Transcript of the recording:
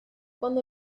cuando